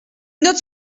note